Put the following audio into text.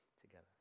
together